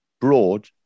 Broad